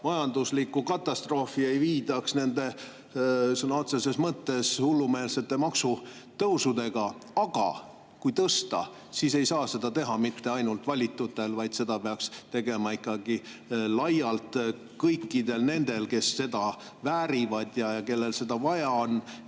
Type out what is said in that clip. majanduslikku katastroofi nende sõna otseses mõttes hullumeelsete maksutõusudega. Aga kui tõsta, siis ei saa seda teha mitte ainult valitutel, vaid seda peaks tegema ikkagi laialt, kõikidel nendel, kes seda väärivad ja kellel seda vaja on.